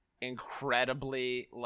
incredibly